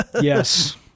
yes